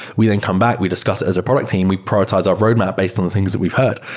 we then come back. we discuss it as a product team. we productize our roadmap based on the things that we've heard,